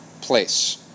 place